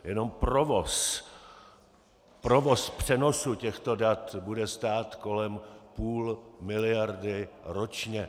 Jenom provoz, provoz přenosu těchto dat bude stát kolem půl miliardy ročně.